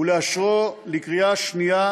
ולאשרו בקריאה שנייה